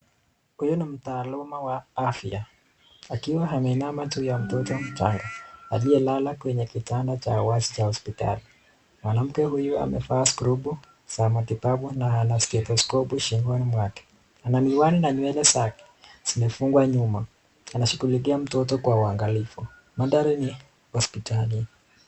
Huyu ni mtaaluma wa afya akiwa ameinama juu ya mtoto mchanga aliyelala kwenye kitanda cha wazi cha hospitali. Mwanamke huyu amevaa skrubu za matibabu na ana stethoscope shingoni mwake. Ana miwani na nywele zake zimefungwa nyuma, anashughulikia mtoto kwa uangalifu. Mandhari ni hospitali.